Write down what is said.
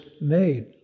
made